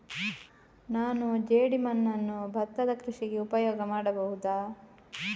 ನಾನು ಜೇಡಿಮಣ್ಣನ್ನು ಭತ್ತದ ಕೃಷಿಗೆ ಉಪಯೋಗ ಮಾಡಬಹುದಾ?